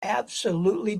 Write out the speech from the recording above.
absolutely